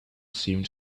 seemed